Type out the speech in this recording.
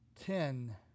ten